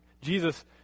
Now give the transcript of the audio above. Jesus